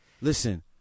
Listen